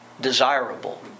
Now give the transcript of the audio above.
desirable